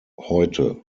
heute